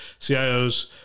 CIOs